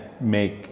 make